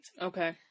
okay